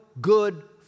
good